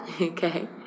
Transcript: Okay